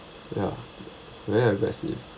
ya very aggressive